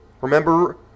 Remember